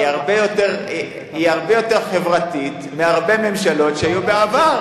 היא הרבה יותר חברתית מהרבה ממשלות שהיו בעבר.